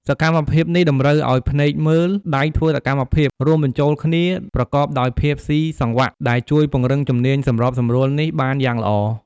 សកម្មភាពនេះតម្រូវឲ្យភ្នែកមើល ដៃធ្វើសកម្មភាព រួមបញ្ចូលគ្នាប្រកបដោយភាពស៊ីសង្វាក់ ដែលជួយពង្រឹងជំនាញសម្របសម្រួលនេះបានយ៉ាងល្អ។